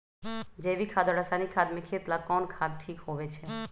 जैविक खाद और रासायनिक खाद में खेत ला कौन खाद ठीक होवैछे?